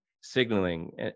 signaling